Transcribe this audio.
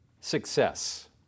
success